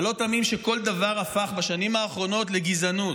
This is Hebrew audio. זה לא תמים שכל דבר הפך בשנים האחרונות לגזענות.